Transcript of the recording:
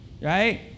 right